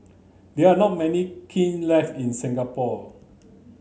there are not many kiln left in Singapore